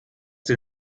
dir